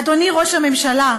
אדוני ראש הממשלה,